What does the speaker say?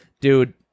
dude